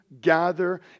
gather